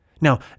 Now